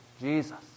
Jesus